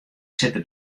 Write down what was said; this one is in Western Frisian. sitte